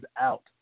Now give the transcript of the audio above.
out